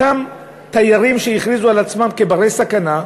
אותם תיירים שהכריזו על עצמם כבני-סכנה,